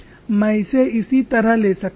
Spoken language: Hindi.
मैं इसे इसी तरह ले सकता हूं